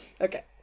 Okay